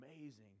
amazing